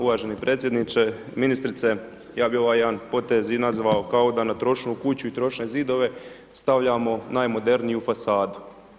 Hvala uvaženi predsjedniče, ministrice, ja bih ovaj jedan potez i nazvao kao da na trošnu kuću i trošne zidove stavljamo najmoderniju fasadu.